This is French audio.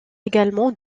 également